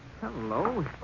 Hello